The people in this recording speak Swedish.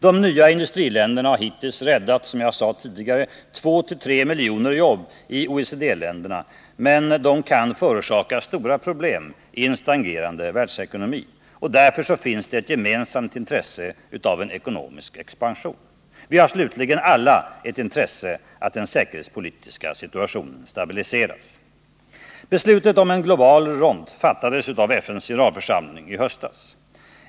De nya industriländerna har hittills räddat — som jag sade tidigare — 2-3 miljoner jobb i OECD-länderna, men de kan förorsaka stora problem i en stagnerande världsekonomi. Därför finns det ett gemensamt intresse av ekonomisk expansion. Vi har slutligen alla ett intresse av att den säkerhetspolitiska situationen stabiliseras. Beslut om en global rond fattades av FN:s generalförsamling i höstas.